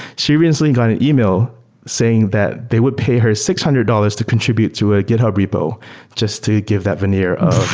she recently got an email saying that they would pay her six hundred dollars to contribute to a github repo just to give that veneer of